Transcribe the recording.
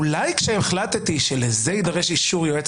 אולי כשהחלטתי שלזה יידרש אישור יועץ